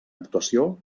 actuació